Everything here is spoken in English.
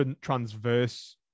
transverse